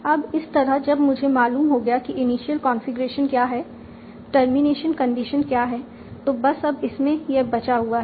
अब इस तरह जब मुझे मालूम हो गया कि इनिशियल कंफीग्रेशन क्या है टर्मिनेशन कंडीशन क्या है तो बस अब इसमें यह बचा हुआ है